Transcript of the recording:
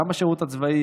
גם בשירות הצבאי